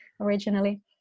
originally